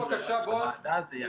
רגע, רגע.